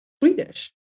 Swedish